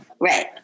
right